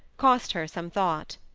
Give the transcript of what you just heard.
cost her some thought.